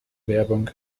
werbung